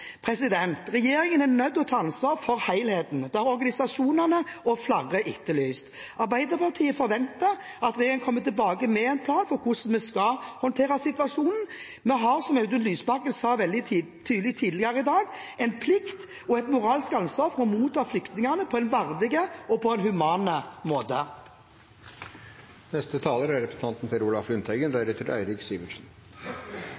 Regjeringen er nødt til å ta ansvar for helheten. Det har organisasjonene og flere etterlyst. Arbeiderpartiet forventer at regjeringen kommer tilbake med en plan for hvordan vi skal håndtere situasjonen. Vi har, som Audun Lysbakken sa veldig tydelig tidligere i dag, en plikt til og et moralsk ansvar for å motta flyktningene på en verdig og human måte. Jeg vil takke statsministeren for en